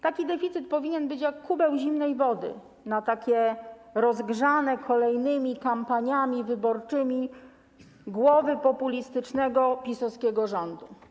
Taki deficyt powinien być jak kubeł zimnej wody na rozgrzane kolejnymi kampaniami wyborczymi głowy populistycznego PiS-owskiego rządu.